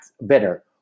better